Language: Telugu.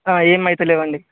ఏం అవడంలేవండి